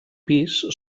pis